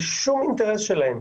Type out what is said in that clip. בשום אינטרס שלהם,